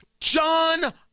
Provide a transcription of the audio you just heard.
john